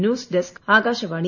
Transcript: news desk Akashvani